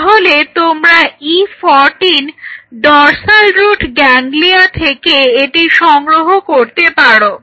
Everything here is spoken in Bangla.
তাহলে তোমরা E14 ডর্সাল রুট গ্যাংগ্লিয়া থেকে এটি সংগ্রহ করতে পারো